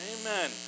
Amen